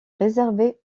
réservées